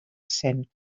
cent